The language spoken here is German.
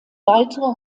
weitere